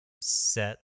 set